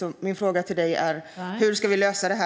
Min fråga till Anders Ygeman är hur vi ska lösa detta.